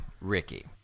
Ricky